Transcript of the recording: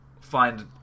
find